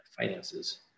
finances